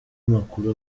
amakuru